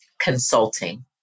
consulting